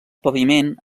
paviment